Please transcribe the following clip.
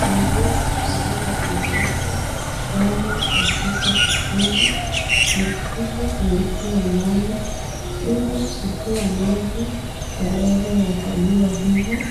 Maziwa yaliyogandanishwa yamo katika kichungi na kijiko kimetiwa ndani ili kutoa maji yaweza yakaliwa hivo